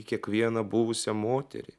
kiekvieną buvusią moterį